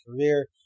career